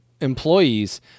employees